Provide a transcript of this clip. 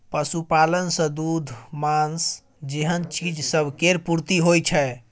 पशुपालन सँ दूध, माँस जेहन चीज सब केर पूर्ति होइ छै